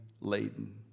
laden